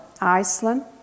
Iceland